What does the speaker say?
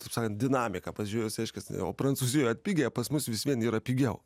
taip sakant dinamiką pažiūrėjus reiškias o prancūzijoje atpigę pas mus vis vien yra pigiau